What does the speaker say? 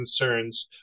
concerns